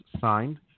signed